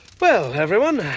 well, everyone,